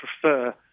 prefer